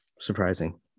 surprising